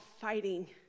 fighting